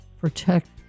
protect